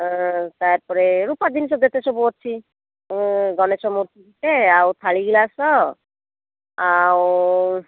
ହଁ ତାପରେ ରୂପା ଜିନିଷ ଯେତେ ସବୁ ଅଛି ଗଣେଶ ମୂର୍ତ୍ତି ଟେ ଆଉ ଥାଳି ଗ୍ଲାସ୍ ଆଉ